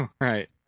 Right